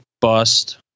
bust